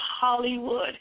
Hollywood